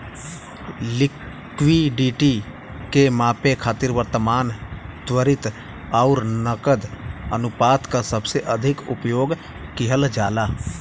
liquidity के मापे खातिर वर्तमान, त्वरित आउर नकद अनुपात क सबसे अधिक उपयोग किहल जाला